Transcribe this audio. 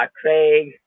Craig